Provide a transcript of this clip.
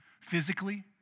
Physically